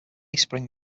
spring